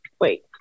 wait